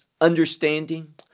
understanding